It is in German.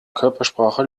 körpersprache